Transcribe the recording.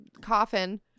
coffin